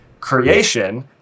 creation